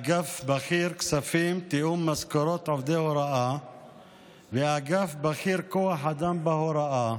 אגף בכיר כספים תיאום משכורות עובדי הוראה ואגף בכיר כוח אדם בהוראה,